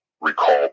recall